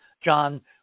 John